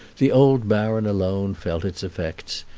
the old baron alone felt its effects.